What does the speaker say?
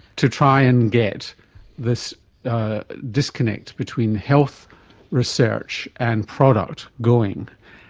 to try and get this disconnect between health research and product going.